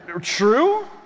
True